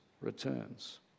returns